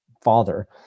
father